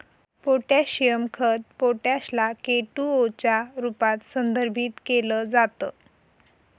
potassium खत potash ला K two O च्या रूपात संदर्भित केल जात